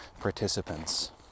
participants